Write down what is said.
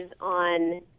on